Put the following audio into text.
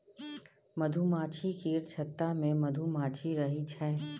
मधुमाछी केर छत्ता मे मधुमाछी रहइ छै